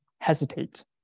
hesitate